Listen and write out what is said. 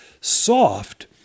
soft